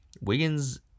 Wiggins